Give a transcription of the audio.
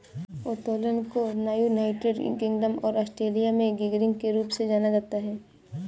उत्तोलन को United Kingdom और ऑस्ट्रेलिया में गियरिंग के रूप में जाना जाता है